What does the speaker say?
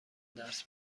درس